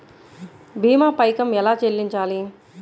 భీమా పైకం ఎలా చెల్లించాలి?